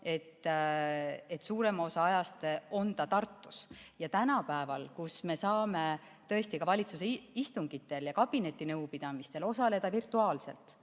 et suurema osa ajast on ta Tartus? Aga tänapäeval me saame tõesti ka valitsuse istungitel ja kabinetinõupidamistel osaleda virtuaalselt.